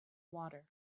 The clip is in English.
water